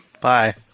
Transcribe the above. Bye